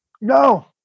No